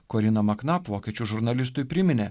korina maknap vokiečių žurnalistui priminė